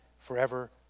forever